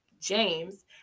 James